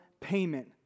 payment